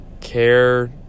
care